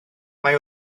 mai